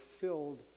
filled